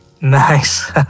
Nice